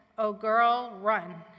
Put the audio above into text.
oh girl, run.